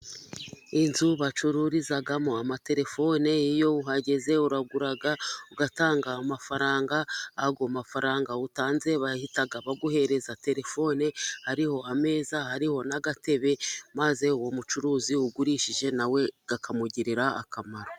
Inzu bacururizamo amatelefone, iyo uhageze uragura ugatanga amafaranga, ayo amafaranga utanze bahita baguhereza telefone, hariho ameza hariho n'agatebe, maze uwo mucuruzi ugurishije nawe akamugirira akamaro.